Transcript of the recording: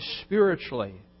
spiritually